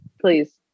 Please